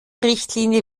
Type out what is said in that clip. richtlinie